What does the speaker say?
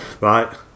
right